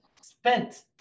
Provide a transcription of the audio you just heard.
spent